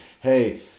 hey